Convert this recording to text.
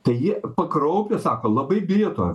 tai jie pakraupę sako labai bijo to